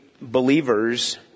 believers